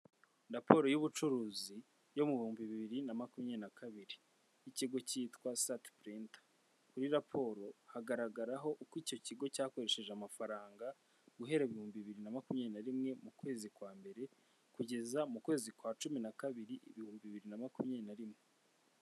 Raporo y'ubucuruzi yo mu bihumbi bibiri na makumyabiri nabiri y'ikigo cyitwa santi purinta, kuri raporo hagaragaraho uko icyo kigo cyakoresheje amafaranga guhera ibihumbibiri na makumyabiri rimwe mu kwezi kwa mbere kugeza mu kwezi kwa cumi na kabiri, ibihumbibiri na makumyabiri na rimwe.